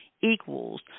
equals